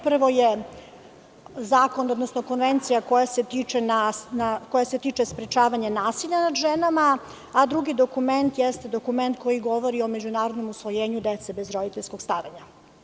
Prvo je zakon, odnosno Konvencija koja se tiče sprečavanja nasilja nad ženama, a drugi dokument jeste dokument koji govori o međunarodnom usvojenju dece bez roditeljskog staranja.